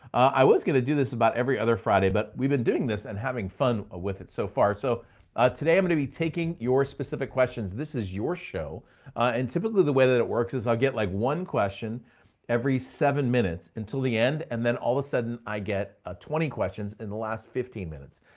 i was gonna do this about every other friday, but we've been doing this and having fun with it so far. so ah today i'm gonna be taking your specific questions. this is your show and typically the way that it works is i'll get like one question every seven minutes until the end, and then all of a sudden i get a twenty questions in the last fifteen minutes.